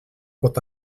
pot